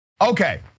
Okay